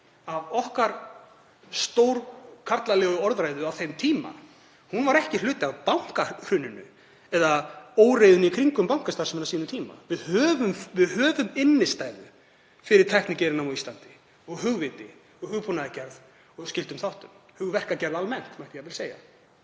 af okkar stórkarlalegu orðræðu á þeim tíma var ekki hluti af bankahruninu eða óreiðunni í kringum bankastarfsemina á sínum tíma. Við höfum innstæðu fyrir tæknigeiranum á Íslandi og hugviti og hugbúnaðargerð og skyldum þáttum, hugverkagerð almennt mætti jafnvel segja.